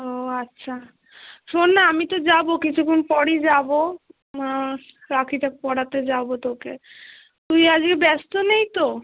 ও আচ্ছা শোন না আমি তো যাবো কিছুক্ষণ পরই যাবো রাখিটা পরাতে যাবো তোকে তুই আজকে ব্যস্ত নেই তো